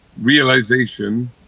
realization